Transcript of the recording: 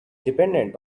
dependent